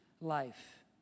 life